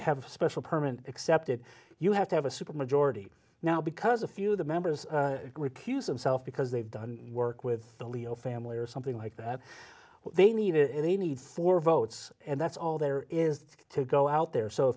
have a special permit excepted you have to have a supermajority now because a few of the members recuse himself because they've done work with the leo family or something like that they need it and they need four votes and that's all there is to go out there so